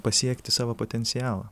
pasiekti savo potencialą